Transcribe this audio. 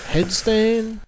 Headstand